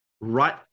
right